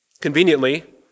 conveniently